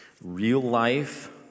real-life